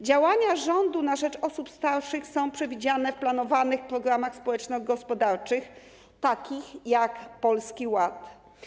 Działania rządu na rzecz osób starszych są przewidziane w planowanych programach społeczno-gospodarczych, takich jak Polski Ład.